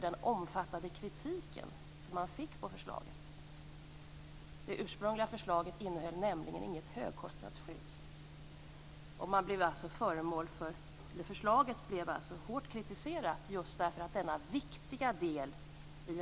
Detta ursprungliga förslag innehöll dock inget högkostnadsskydd, och det blev hårt kritiserat för att denna viktiga del i en subvention till tandvård fattades - inte minst från LO:s sida.